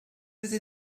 fedri